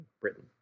Britain